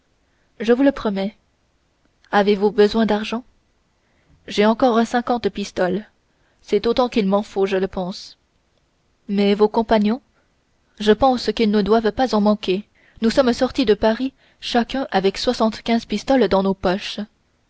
je vous le promets avez-vous besoin d'argent j'ai encore cinquante pistoles c'est autant qu'il m'en faut je le pense mais vos compagnons je pense qu'ils ne doivent pas en manquer nous sommes sortis de paris chacun avec soixante-quinze pistoles dans nos poches